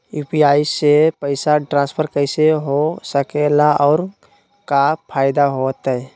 UPI से पैसा transfer कैसे हो सके ला और का फायदा होएत?